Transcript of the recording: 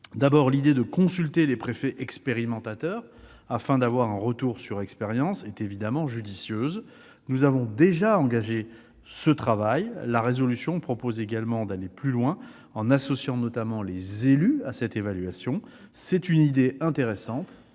part, l'idée de consulter les préfets expérimentateurs, afin d'avoir un retour sur expérience, est évidemment judicieuse. Nous avons déjà engagé ce travail. Le texte propose également d'aller plus loin, notamment en associant les élus à cette évaluation. C'est une suggestion intéressante,